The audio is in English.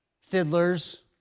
Fiddlers